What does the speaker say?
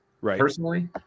personally